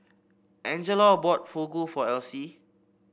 Angelo bought Fugu for Elsie